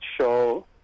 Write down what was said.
show